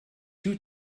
two